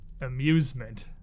amusement